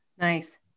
Nice